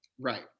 Right